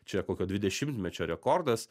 čia kokio dvidešimtmečio rekordas